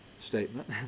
statement